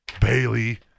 Bailey